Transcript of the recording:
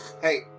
hey